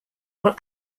while